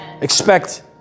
expect